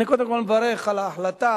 אני קודם כול מברך על ההחלטה,